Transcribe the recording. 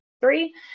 three